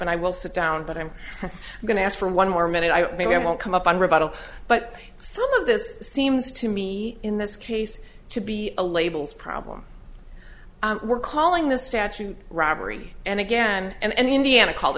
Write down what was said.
and i will sit down but i'm going to ask for one more minute maybe i won't come up on rebuttal but some of this seems to me in this case to be a labels problem we're calling this statute robbery and again and indiana called